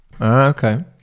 Okay